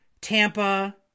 Tampa